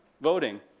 Voting